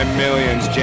millions